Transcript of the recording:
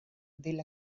del